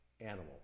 animal